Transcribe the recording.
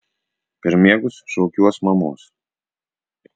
per miegus šaukiuos mamos